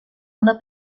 una